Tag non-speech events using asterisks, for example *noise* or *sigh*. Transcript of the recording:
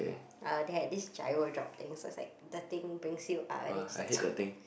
uh they had this gyro drop things so is like the thing brings you up and it's like *noise*